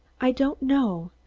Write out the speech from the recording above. i don't know.